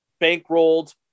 bankrolled